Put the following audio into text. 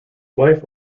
wife